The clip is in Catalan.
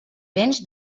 vents